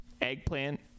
Eggplant